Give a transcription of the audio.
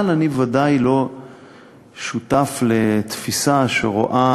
אבל אני בוודאי לא שותף לתפיסה שרואה